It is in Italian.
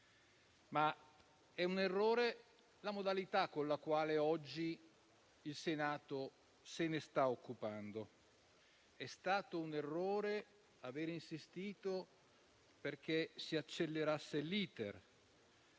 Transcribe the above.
ma anche per la modalità con cui oggi il Senato se ne sta occupando. È stato un errore aver insistito perché si accelerasse l'*iter*